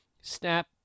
snap